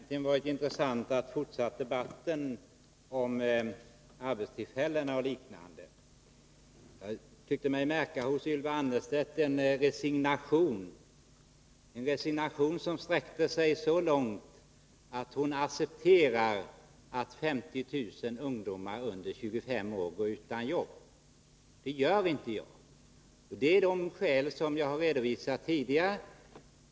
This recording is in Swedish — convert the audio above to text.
Herr talman! Det skulle ha kunnat vara intressant att fortsätta debatten om bl.a. arbetstillfällena. Jag tyckte mig märka en resignation hos Ylva Annerstedt, som är så djup att hon accepterar att 50 000 ungdomar under 25 år går utan jobb. Det gör inte jag — av de skäl som jag tidigare har redovisat.